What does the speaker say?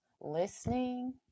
listening